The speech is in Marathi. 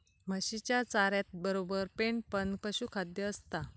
म्हशीच्या चाऱ्यातबरोबर पेंड पण पशुखाद्य असता